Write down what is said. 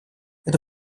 это